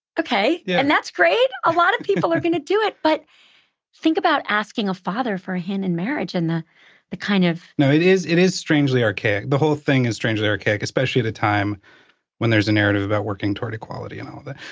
okay. yeah. and that's great. a lot of people are going to do it. but think about asking a father for a hand in marriage and the the kind of byers no, it is it is strangely archaic. the whole thing is strangely archaic, especially at a time when there's a narrative about working towards equality and all that.